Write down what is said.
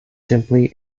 simply